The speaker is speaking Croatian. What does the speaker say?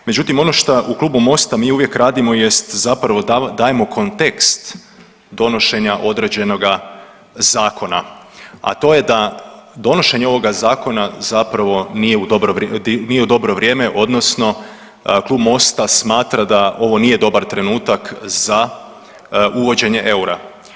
Međutim, ono šta u klubu MOST-a mi uvijek radimo jest zapravo dajemo kontekst donošenja određenoga zakona, a to je da donošenje ovoga zakona zapravo nije u dobro vrijeme, odnosno klub MOST-a smatra da ovo nije dobar trenutak za uvođenje eura.